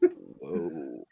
Whoa